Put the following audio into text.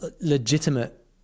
legitimate